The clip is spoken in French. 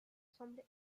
semble